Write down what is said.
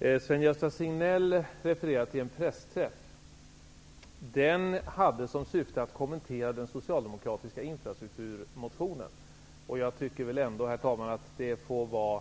Herr talman! Sven-Gösta Signell refererade till en pressträff. Syftet med den var att jag skulle kommentera den socialdemokratiska infrastrukturmotionen. Jag tycker ändå, herr talman, att det får vara